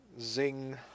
Zing